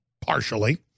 partially